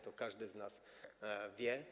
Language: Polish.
To każdy z nas wie.